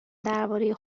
درباره